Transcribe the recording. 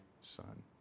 son